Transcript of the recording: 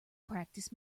practice